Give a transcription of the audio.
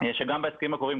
שגם בהסכמים הקרובים,